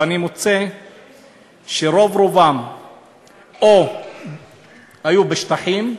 ואני מוצא שרוב-רובם היו או בשטחים,